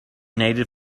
needed